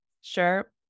Sure